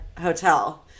hotel